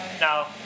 Now